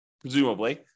presumably